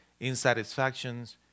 insatisfactions